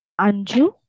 Anju